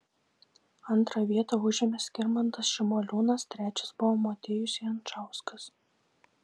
antrą vietą užėmė skirmantas šimoliūnas trečias buvo motiejus jančauskas